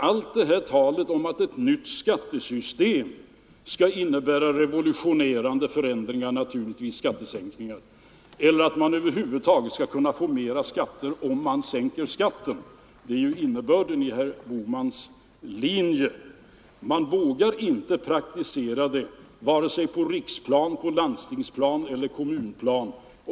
Allt det här talet om att det nya skattesystemet skall innebära revolutionerande förändringar, naturligtvis skattesänkningar, eller att man över huvud taget skall kunna få mera skatteinkomster om man sänker skatten — det är ju innebörden i herr Bohmans linje — vågar man inte praktisera på vare sig riksplanet, landstingsplanet eller kommunplanet.